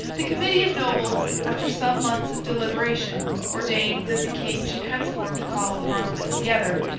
the committee of nobles, after some months of deliberation, ordained that the king should henceforth call a parliament together,